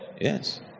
Yes